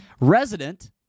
resident